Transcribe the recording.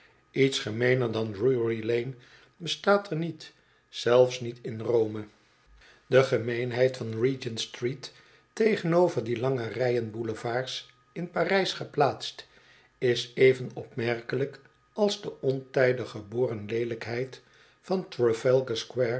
iets gemeener dan drury-lane bestaat er niet zelfs niet in r o m e de gemeenheid van regentstreet tegenover die lange rijen bouvelards in parijs geplaatst is even opmerkelijk als de ontijdig geboren leelijkheid van